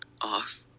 off